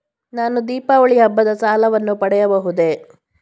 ನಾನು ದೀಪಾವಳಿ ಹಬ್ಬದ ಸಾಲವನ್ನು ಪಡೆಯಬಹುದೇ?